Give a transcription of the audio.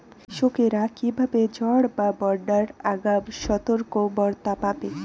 কৃষকেরা কীভাবে ঝড় বা বন্যার আগাম সতর্ক বার্তা পাবে?